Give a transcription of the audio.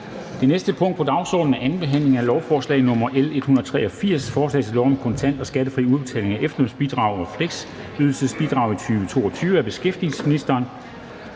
Det næste punkt på dagsordenen er: 7) 2. behandling af lovforslag nr. L 183: Forslag til lov om kontant og skattefri udbetaling af efterlønsbidrag og fleksydelsesbidrag i 2022. Af beskæftigelsesministeren